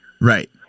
Right